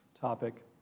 topic